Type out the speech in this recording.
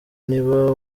niba